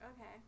Okay